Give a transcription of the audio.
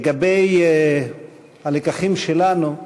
לגבי הלקחים שלנו,